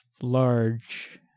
large